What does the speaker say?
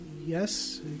Yes